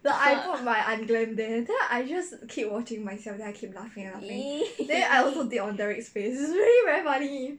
!ee!